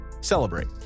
celebrate